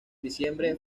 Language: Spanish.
diciembre